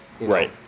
Right